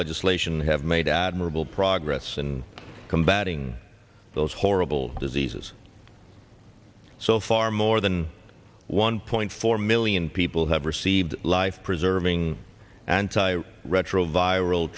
legislation have made admirable progress in combating those horrible diseases so far more than one point four million people have received life preserving anti retroviral